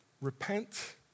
repent